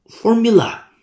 formula